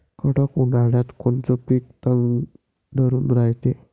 कडक उन्हाळ्यात कोनचं पिकं तग धरून रायते?